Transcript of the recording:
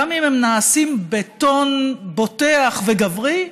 גם אם הם נעשים בטון בוטח וגברי,